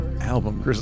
album